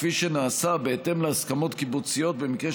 כפי שנעשה בהתאם להסכמות קיבוציות במקרה